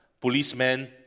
policemen